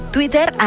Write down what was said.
Twitter